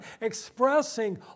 expressing